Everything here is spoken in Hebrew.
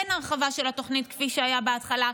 אין הרחבה של התוכנית כפי שהיה בהתחלה,